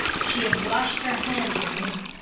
she had washed her hands of him,